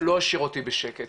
לא השאיר אותי בשקט.